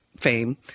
fame